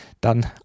dann